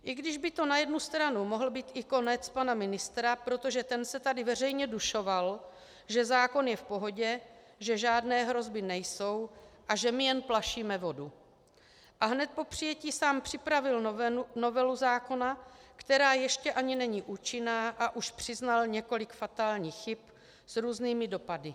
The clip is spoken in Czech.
I když by to na jednu stranu mohl být i konec pana ministra, protože ten se tady veřejně dušoval, že zákon je v pohodě, že žádné hrozby nejsou a že my jen plašíme vodu, a hned po přijetí sám připravil novelu zákona, která ještě ani není účinná, a už přiznal několik fatálních chyb s různými dopady.